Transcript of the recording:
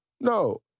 No